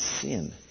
sin